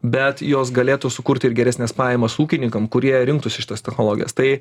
bet jos galėtų sukurti ir geresnes pajamas ūkininkam kurie rinktųsi šitas technologijas tai